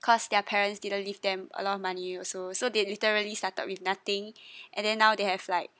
cause their parents didn't leave them a lot of money also so they literally started with nothing and then now they have like